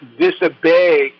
disobey